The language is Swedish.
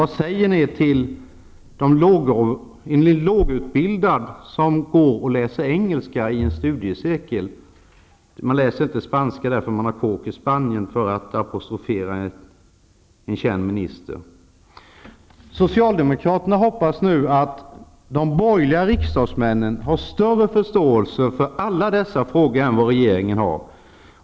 Vad säger ni till de lågutbildade som går och lär sig engelska i en studiecirkel? Man läser inte spanska där för att man har hus i Spanien -- för att apostrofera en känd minister. Socialdemokraterna hoppas nu att de borgerliga riksdagsledamöterna har större förståelse för alla dessa frågor än vad regeringen har.